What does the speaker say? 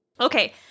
Okay